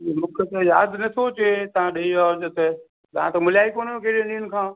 मूंखे त यादि नथो अचे तव्हां ॾई विया हुजो त तव्हां त मिलिया ई कोन आहियो केॾे ॾींहंनि खां